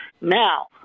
Now